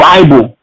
Bible